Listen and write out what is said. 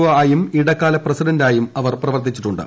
O ആയും ഇടക്കാല പ്രസിഡന്റായും പ്രവർത്തിച്ചിട്ടുണ്ട്